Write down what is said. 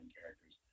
characters